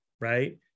right